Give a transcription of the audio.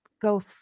go